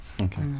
Okay